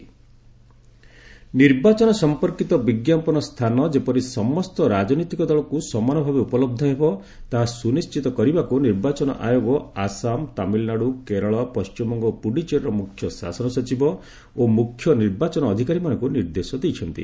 election ad ନିର୍ବାଚନ ସମ୍ପର୍କୀତ ବିଜ୍ଞାପନ ସ୍ଥାନ ଯେପରି ସମସ୍ତ ରାଜନୈତିକ ଦଳକୁ ସମାନଭାବେ ଉପଲବ୍ଧ ହେବ ତାହା ସୁନିଶ୍ଚିତ କରିବାକୁ ନିର୍ବାଚନ ଆୟୋଗ ଆସାମ ତାମିଲନାଡୁ କେରଳ ପଶ୍ଚିମବଙ୍ଗ ଓ ପୁଡ଼ୁଚେରୀର ମ୍ରଖ୍ୟ ଶାସନ ସଚିବ' ମୁଖ୍ୟ ନିର୍ବାଚନ ଅଧିକାରୀମାନଙ୍କୁ ନିର୍ଦ୍ଦେଶ ଦେଇଛନ୍ତି